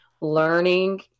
learning